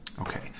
Okay